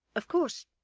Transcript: of course,